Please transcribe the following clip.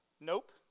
Nope